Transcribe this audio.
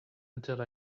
until